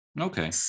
Okay